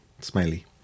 smiley